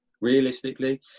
realistically